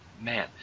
Man